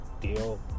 deal